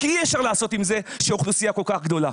כי אי אפשר לעשות עם זה כשהאוכלוסייה כל כך גדולה.